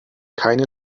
keine